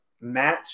match